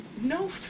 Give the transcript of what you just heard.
no